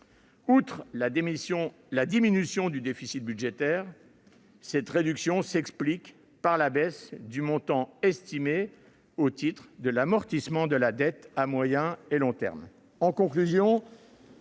Outre la diminution du déficit budgétaire, cette réduction s'explique par la baisse du montant estimé au titre de l'amortissement de la dette à moyen et long termes.